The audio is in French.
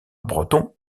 breton